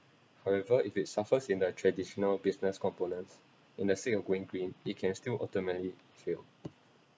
however if it suffers in the traditional business components in the sake of going green it can still ultimately fail